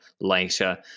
later